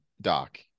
Doc